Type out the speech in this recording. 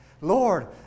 Lord